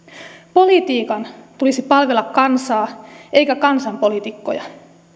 politiikan tulisi palvella kansaa eikä kansan poliitikkoja